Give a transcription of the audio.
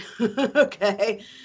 okay